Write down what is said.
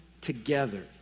together